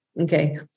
Okay